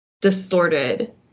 distorted